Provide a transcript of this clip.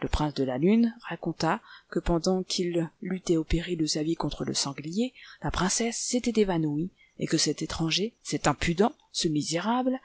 le prince de la lune raconta que pendant qu'il luttait au péril de sa vie contre le sanglier la princesse s'était évanouie et que cet étranger cet impudent ce misérable